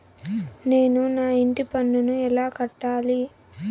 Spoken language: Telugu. నేను నా ఇంటి పన్నును ఎలా కట్టాలి?